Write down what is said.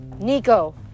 Nico